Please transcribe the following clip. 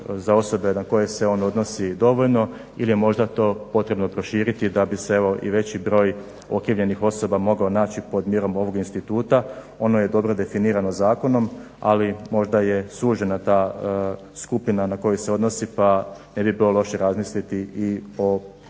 za osobe na koje se on odnosi dovoljno ili je to možda to potrebno proširiti da bi se i veći broj okrivljenih osoba mogao naći pod mjerom ovog instituta. Ono je dobro definirano zakonom ali možda je sužena ta skupina na koju se odnosi pa ne bi bilo loše razmisliti i o proširenju